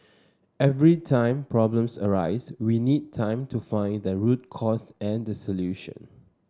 every time problems arise we need time to find the root cause and the solution